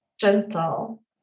gentle